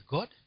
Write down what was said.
God